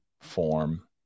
form